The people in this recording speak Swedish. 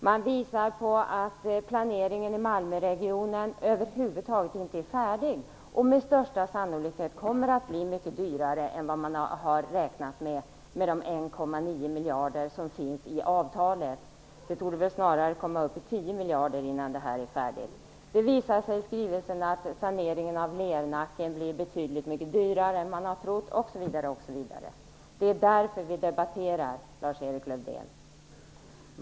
Man visar att planeringen i Malmöregionen över huvud taget inte är färdig och att det med största sannolikhet kommer att bli mycket dyrare än de 1,9 miljarder som man räknat med i avtalet. Det torde väl snarare komma upp i 10 miljarder innan det här är färdigt. Det visar sig i skrivelsen att saneringen av Lernacken blir betydligt mycket dyrare än man har trott, osv. Det är därför vi debatterar, Lars-Erik Lövdén.